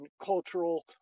cultural